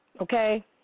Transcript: Okay